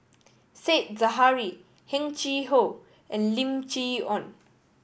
Said Zahari Heng Chee How and Lim Chee Onn